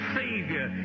savior